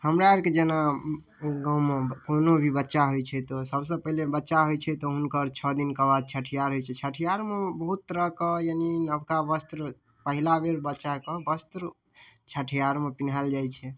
हमरा आरके जेना गाँवमे जेना कोनो भी बच्चा होइ छै तऽ सबसँ पहिले बच्चा होइ छै तऽ हुनकर छओ दिनके बाद छठिहार होइ छै छठिहारमे बहुत तरहके यानि नवका वस्त्र पहिला बेर बच्चाके वस्त्र छठिहारमे पहिरायल जाइ छै